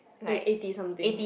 eh eighty something